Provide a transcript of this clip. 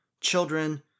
children